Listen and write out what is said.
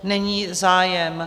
Není zájem.